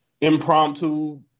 impromptu